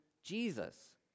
jesus